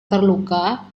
terluka